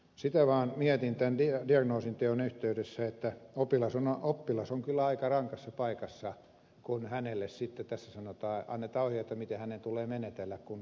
sitä vaan mietin tämän diagnoosin teon yhteydessä että potilas on oppilas on kyllä aika rankassa paikassa kun tässä sitten sanotaan että oppilaalle annetaan ohjeita siitä miten hänen tulee menetellä kun koulussa kiusataan niin oppilas on kyllä aika rankassa paikassa